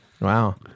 Wow